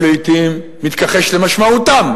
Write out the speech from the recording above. הוא לעתים מתכחש למשמעותם,